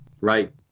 Right